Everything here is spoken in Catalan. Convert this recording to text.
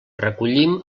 recollim